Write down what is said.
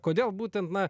kodėl būtent na